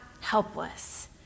helpless